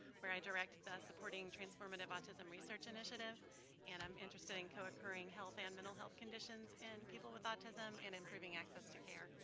where i direct the supporting transformative autism research initiative and i'm interested in co-occurring health and mental health conditions in people with autism and improving access to care.